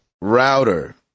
router